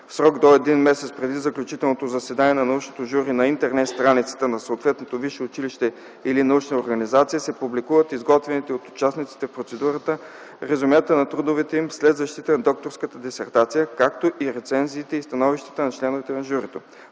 В срок до един месец преди заключителното заседание на научното жури на Интернет страницата на съответното висше училище или на научната организация се публикуват изготвените от участниците в процедурата резюмета на трудовете им след защита на докторска дисертация, както и рецензиите и становищата на членовете на журито.